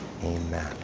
Amen